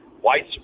white